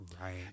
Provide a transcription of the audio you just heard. Right